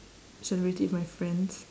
celebrate it with my friends